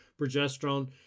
progesterone